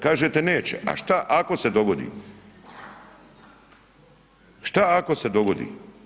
Kažete neće, a šta ako se dogodi, šta ako se dogodi?